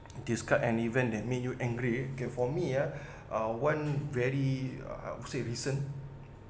discuss an event that made you angry okay for me ah one very uh I would say recent